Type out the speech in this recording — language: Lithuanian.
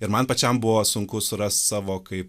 ir man pačiam buvo sunku surast savo kaip